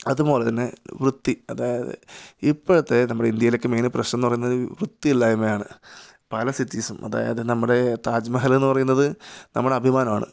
അതുപോലെ തന്നെ വൃത്തി അതായത് ഇപ്പോഴത്തെ നമ്മുടെ ഇന്ത്യയിലൊക്കെ മെയിന് പ്രശ്നം എന്നു പറയുന്നത് വൃത്തിയില്ലായ്മയാണ് പല സിറ്റീസും അതായത് നമ്മുടെ താജ്മഹല് എന്ന് പറയുന്നത് നമ്മുടെ അഭിമാനമാണ്